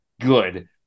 good